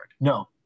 no